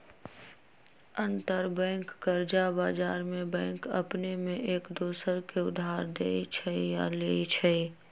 अंतरबैंक कर्जा बजार में बैंक अपने में एक दोसर के उधार देँइ छइ आऽ लेइ छइ